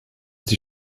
die